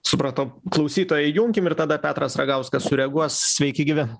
supratau klausytoją įjunkim ir tada petras ragauskas sureaguos sveiki gyvi